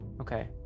okay